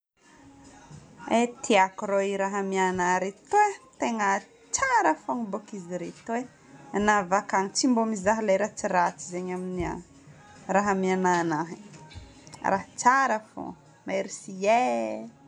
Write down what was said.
E tiako rô i raha amiagnà ireto e! Tegna tsara fôgna boko izy ireto e. Nà avy akany tsy mba mizaha ilay ratsiratsy izegny amin'ny ahy, raha amiagnà anahy, raha tsara fôgna. Merci e.